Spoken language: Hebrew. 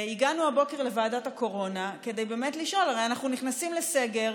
הגענו הבוקר לוועדת הקורונה כדי לשאול: הרי אנחנו נכנסים לסגר,